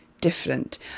different